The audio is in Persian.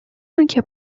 آنکه